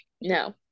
No